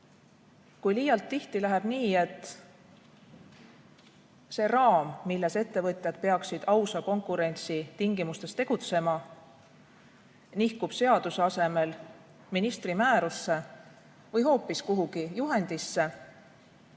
Kui liialt tihti läheb nii, et see raam, milles ettevõtjad peaksid ausa konkurentsi tingimustes tegutsema, nihkub seaduse asemel ministri määrusse või hoopis kuhugi juhendisse,